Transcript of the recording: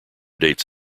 dates